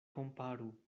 komparu